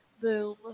Boom